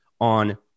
on